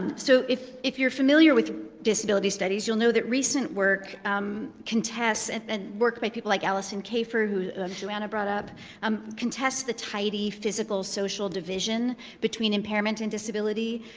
so if if you're familiar with disability studies, you'll know that recent work um contests and work by people like alison kafer who joanna brought up um contests the tidy physical, social division between impairment and disability,